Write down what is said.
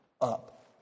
up